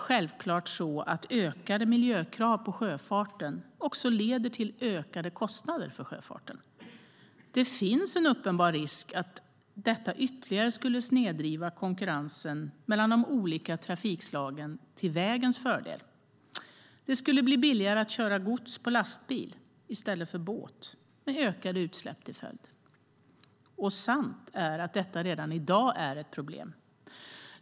Självklart leder ökade miljökrav på sjöfarten till ökade kostnader för sjöfarten. Det finns en uppenbar risk att detta ytterligare skulle snedvrida konkurrensen mellan de olika trafikslagen till vägens fördel. Det skulle bli billigare att köra gods på lastbil i stället för med båt, med ökade utsläpp som följd. Och sant är att detta redan i dag är ett problem.